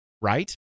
right